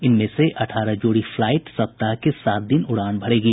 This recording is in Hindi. इनमें से अठारह जोड़ी फ्लाइट सप्ताह के सात दिन उड़ान भरेंगी